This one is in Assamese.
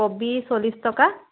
কবি চল্লিছ টকা